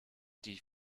die